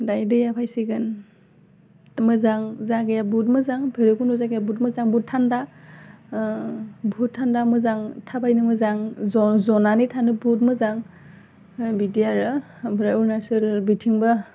दायो दैआ फैसिगोन मोजां जागाया बहुत मोजां आम भैरबकुन्द' जायगाया बुहुत मोजां बुहुत थान्दा बुहुत थान्दा मोजां थाबायनो मोजां ज' ज' जनानै थानो बहुत मोजां नै बिदि आरो आमफ्राय अरुणाचल बिथिंबा